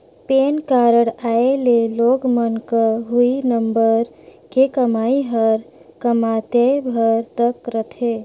PAN card आए ले लोग मन क हुई नंबर के कमाई हर कमातेय भर तक रथे